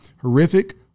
horrific